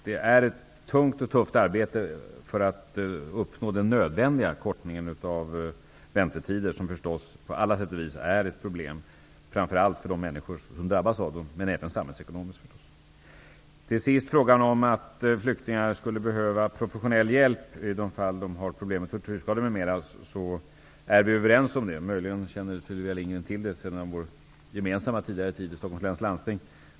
Det krävs ett tungt och tufft arbete för att uppnå den nödvändiga förkortningen av väntetiderna. Väntetiderna utgör förstås ett problem på alla sätt och vis, framför allt för de människor som drabbas men även för samhällsekonomin. Vi är överens om att flyktingar skulle behöva professionell hjälp i de fall de har problem med tortyrskador m.m. Möjligen känner Sylvia Lindgren till det sedan vår gemensamma tidigare tid i Stockholms läns landsting.